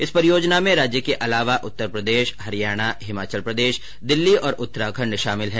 इस परियोजना में राज्य के अलावा उत्तरप्रदेश हरियाणा हिमाचलप्रदेश दिल्ली और उत्तराखण्ड शामिल है